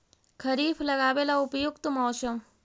खरिफ लगाबे ला उपयुकत मौसम?